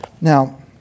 Now